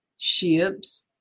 ships